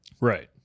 Right